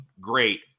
great